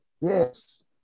Yes